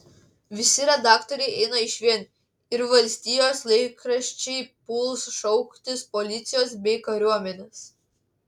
visi redaktoriai eina išvien ir valstijos laikraščiai puls šauktis policijos bei kariuomenės